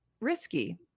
risky